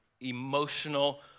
emotional